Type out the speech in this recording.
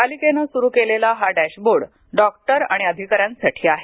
पालिकेने सुरू केलेला हा डॅशबोर्ड डॉक्टर आणि अधिकाऱ्यांसाठी आहे